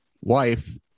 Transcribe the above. Wife